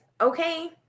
Okay